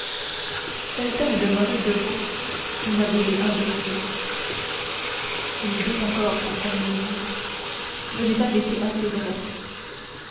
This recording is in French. felton demeurait debout immobile et indécis il doute encore pensa milady je n'ai pas été assez vraie